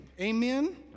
Amen